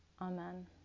Amen